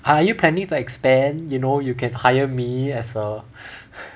are you planning to expand you know you can hire me as a